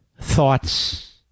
thoughts